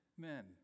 men